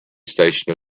station